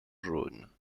jaune